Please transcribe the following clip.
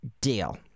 deal